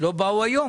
לא באו היום.